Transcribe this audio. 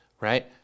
right